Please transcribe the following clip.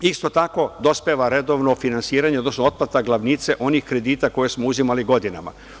Isto tako, dospeva redovno finansiranje, odnosno otplata glavnice onih kredita koje smo uzimali godinama.